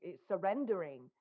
surrendering